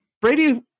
Brady